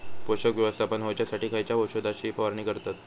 पोषक व्यवस्थापन होऊच्यासाठी खयच्या औषधाची फवारणी करतत?